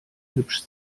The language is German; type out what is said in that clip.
hübsch